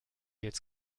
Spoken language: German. jetzt